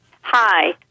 Hi